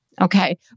Okay